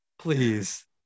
Please